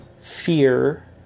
fear